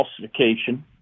falsification